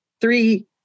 three